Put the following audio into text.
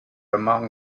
among